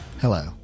Hello